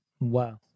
Wow